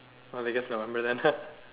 oh I guess